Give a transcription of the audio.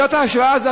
זאת ההשוואה?